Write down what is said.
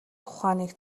ухааныг